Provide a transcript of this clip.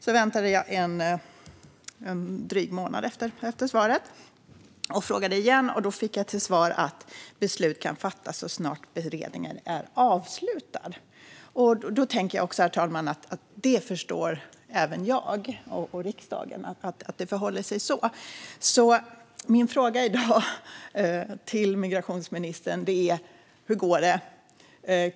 Jag väntade till drygt en månad efter svaret och ställde frågan igen. Då fick jag till svar att beslut kan fattas så snart beredningen är avslutad. Då tänkte jag, herr talman, att även jag och riksdagen förstår att det förhåller sig så. Mina frågor i dag till migrationsministern är: Hur går det?